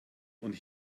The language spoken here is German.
und